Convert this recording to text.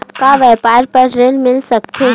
का व्यापार बर ऋण मिल सकथे?